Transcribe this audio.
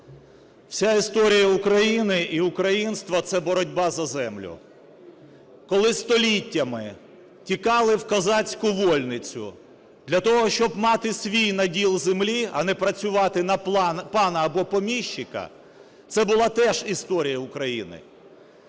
Вся історія України і українства – це боротьба за землю. Колись століттями тікали в козацьку вольницю для того, щоб мати свій наділ землі, а не працювати на пана або поміщика. Це була теж історія України.